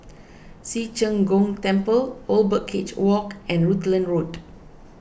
Ci Zheng Gong Temple Old Birdcage Walk and Rutland Road